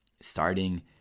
starting